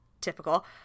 typical